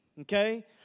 Okay